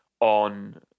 on